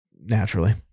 naturally